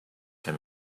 him